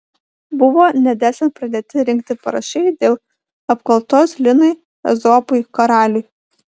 buvo nedelsiant pradėti rinkti parašai dėl apkaltos linui ezopui karaliui